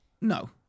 No